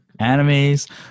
animes